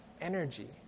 energy